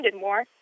more